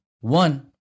One